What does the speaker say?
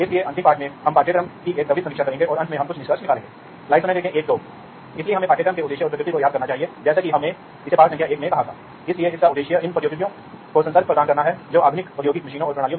इस पाठ में हम एक कंप्यूटर नेटवर्क के बारे में बात कर रहे हैं या बल्कि मुझे ऐसे बुद्धिमान उपकरणों का नेटवर्क कहना चाहिए जो औद्योगिक स्वचालन के लिए उपयोग किए जाते हैं